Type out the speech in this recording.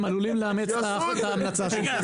הם עלולים לאמץ את ההמלצה שלך.